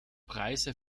preise